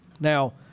Now